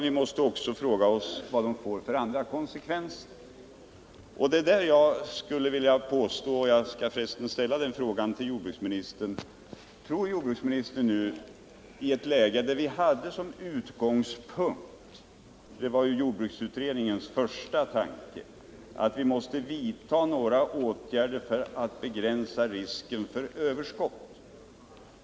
Vi måste också fråga oss vilka andra konsekvenser åtgärderna får. utgångspunkt — och det var jordbruksutredningens första tanke — att vi måste vidta åtgärder för att begränsa risken för överskott.